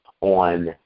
on